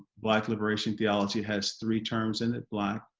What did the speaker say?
black liberation theology has three terms in it black,